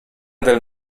del